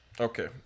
Okay